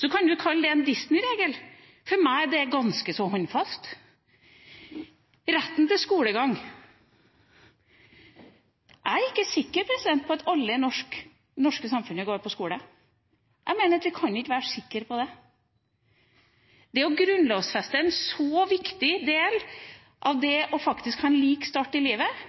Så kan du kalle det en «disneyregel». For meg er det ganske så håndfast. Så til retten til skolegang: Jeg er ikke sikker på at alle i det norske samfunnet går på skole. Jeg mener at vi ikke kan være sikre på det. Det å grunnlovfeste en så viktig del av det å ha lik start i livet,